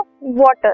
water